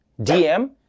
DM